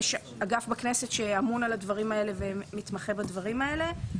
יש אגף בכנסת שאמון על הדברים האלה ומתמחה בדברים האלה.